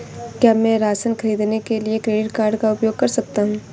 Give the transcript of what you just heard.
क्या मैं राशन खरीदने के लिए क्रेडिट कार्ड का उपयोग कर सकता हूँ?